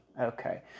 okay